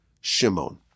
Shimon